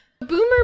Boomer